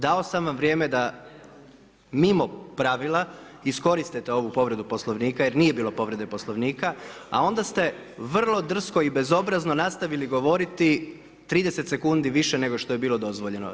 Dao sam vam vrijeme da mimo pravila iskoristite ovu povredu Poslovnika jer nije bilo povrede Poslovnika, a onda ste vrlo drsko i bezobrazno nastavili govoriti 30 sekundi više nego što je bilo dozvoljeno.